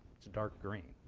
it's dark green.